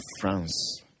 France